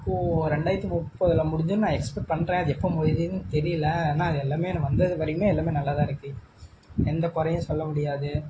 இப்போது ரெண்டாயிரத்தி முப்பதில் முடிஞ்சிடும்னு நான் எக்ஸ்பெக்ட் பண்ணுறேன் அது எப்போ முடியுதுன்னு தெரியல ஆனால் அது எல்லாம் வந்தது வரையும் எல்லாம் நல்லாதான் இருக்கு எந்த குறையும் சொல்ல முடியாது